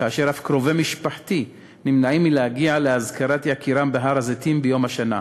כאשר אף קרובי משפחתי נמנעים מלהגיע לאזכרת יקירם בהר-הזיתים ביום השנה.